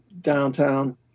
downtown